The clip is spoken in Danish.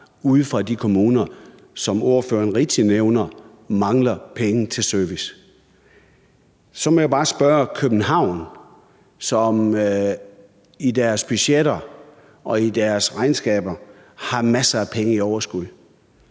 ude fra de kommuner, som ordføreren rigtigt nævner mangler penge til service. Så må jeg bare spørge: Kunne København, som i deres budgetter og i deres regnskaber har masser af penge i overskud,